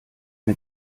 mir